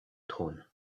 trône